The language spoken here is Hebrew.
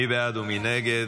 מי בעד ומי נגד?